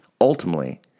Ultimately